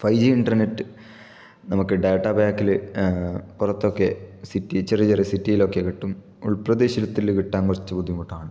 പയ്യേ internet നമുക്ക് data പാക്കിൽ പുറത്തൊക്കെ സിറ്റി ചെറിയ ചെറിയ സിറ്റിയിലൊക്കെ കിട്ടും ഉൾപ്രദേശത്തില് കിട്ടാൻ കുറച്ചു ബുദ്ധിമുട്ടാണ്